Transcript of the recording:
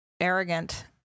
arrogant